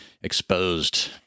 exposed